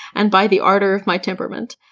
and by the ardor of my temperament.